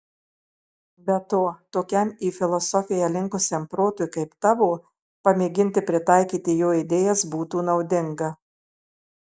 be to tokiam į filosofiją linkusiam protui kaip tavo pamėginti pritaikyti jo idėjas būtų naudinga